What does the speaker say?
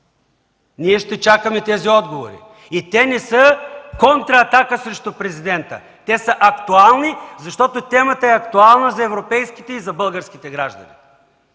Ние ще чакаме тези отговори и те не са контраатака срещу президента, те са актуални, защото темата е актуална за европейските и за българските граждани.